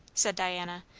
said diana,